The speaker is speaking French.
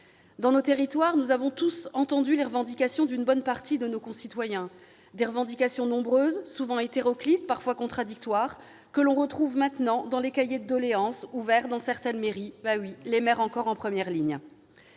Dans nos territoires, nous avons tous entendu les revendications d'une bonne partie de nos concitoyens. Elles sont nombreuses, souvent hétéroclites, parfois contradictoires. On les retrouve maintenant dans les cahiers de doléances ouverts dans certaines mairies : une fois encore, les maires sont